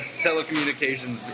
telecommunications